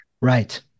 Right